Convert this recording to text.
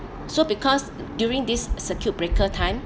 so because during this circuit breaker time